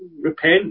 repent